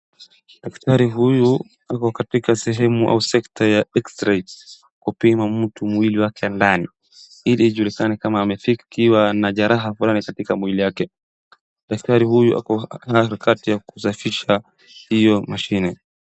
Daktari huyu ako katika sehemu au sekta ya X-ray, kupima mtu mwili wake ndani ili ajulikane kama amefikiwa na jeraha fulani katika mwili yake. Daktari huyu ako kwa harakati ya kusafisha hiyo mashine.